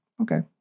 Okay